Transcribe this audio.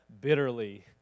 bitterly